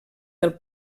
del